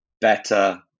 better